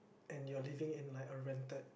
and you are living in like a rented